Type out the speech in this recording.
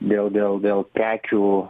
dėl dėl dėl prekių